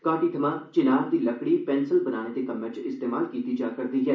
घाटी थमां चिनार दी लकड़ी पेंसिल बनाने दे कम्मै च इस्तेमाल कीती जा करदी ऐ